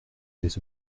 des